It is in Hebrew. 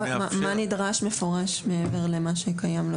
מה נדרש מפורש מעבר למה שקיים?